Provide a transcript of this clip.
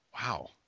Wow